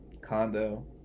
Condo